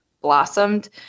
blossomed